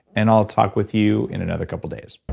and i'll talk with you in another couple days